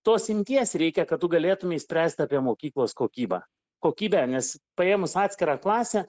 tos imties reikia kad tu galėtumei spręst apie mokyklos kokybą kokybę nes paėmus atskirą klasę